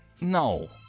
No